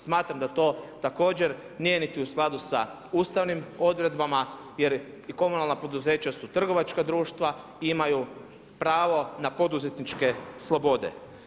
Smatram da to također nije niti u skladu sa ustavnim odredbama jer i komunalna poduzeća su trgovačka društva, imaju pravo na poduzetničke slobode.